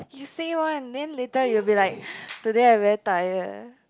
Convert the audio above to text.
you say one then later you will be like today I very tired